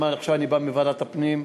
עכשיו אני בא מוועדת הפנים,